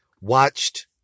watched